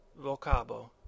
Vocabo